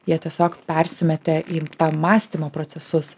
jie tiesiog persimetė į tą mąstymo procesus